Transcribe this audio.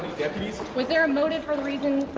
was there a motive for the